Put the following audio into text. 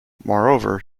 moreover